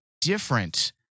different